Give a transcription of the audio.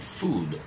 food